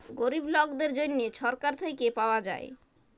গরিব লকদের জ্যনহে ছরকার থ্যাইকে পাউয়া যায়